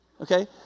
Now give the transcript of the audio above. Okay